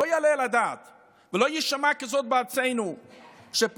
לא יעלה על הדעת ולא יישמע כזאת בארצנו שפוליטיקאי,